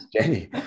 jenny